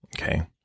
Okay